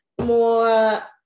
more